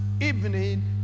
evening